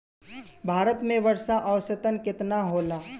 भारत में वर्षा औसतन केतना होला?